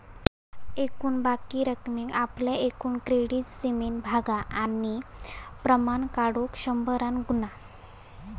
एकूण बाकी रकमेक आपल्या एकूण क्रेडीट सीमेन भागा आणि प्रमाण काढुक शंभरान गुणा